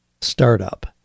startup